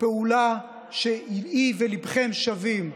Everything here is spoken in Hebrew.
פעולה שהיא וליבכם שווים.